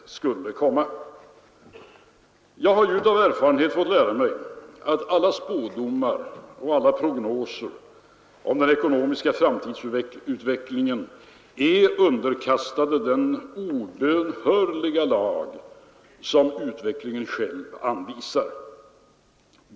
Jag har ju av erfarenhet fått lära mig att alla spådomar och alla prognoser om den ekonomiska framtidsutvecklingen är underkastade den obönhörliga lag som utvecklingen själv uppställer.